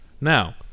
Now